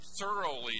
thoroughly